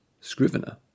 Scrivener